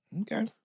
Okay